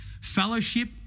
Fellowship